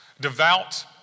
devout